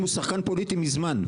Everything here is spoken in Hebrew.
הוא שחקן פוליטי מזמן.